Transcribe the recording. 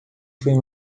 foi